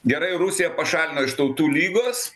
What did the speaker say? gerai rusiją pašalino iš tautų lygos